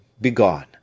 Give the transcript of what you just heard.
begone